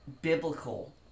biblical